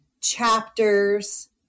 chapters